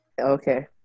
Okay